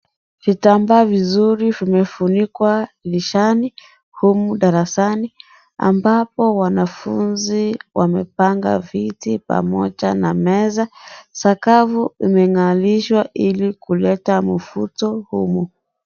Vitambaa vizuri vinefunikwa dirishani humu darasani, ambapo wanafunzi wamepanga viti pamoja na meza . Sakafu imengarishwa ili kuleta mvuto humu.